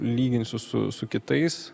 lyginsiu su su kitais